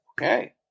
Okay